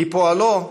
מפועלו,